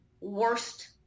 worst